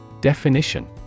Definition